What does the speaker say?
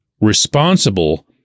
responsible